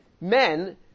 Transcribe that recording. men